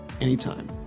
anytime